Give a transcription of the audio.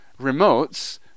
remotes